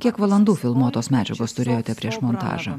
kiek valandų filmuotos medžiagos turėjote prieš montažą